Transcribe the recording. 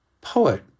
poet